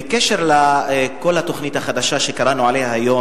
1. בקשר לכל התוכנית החדשה שקראנו עליה היום,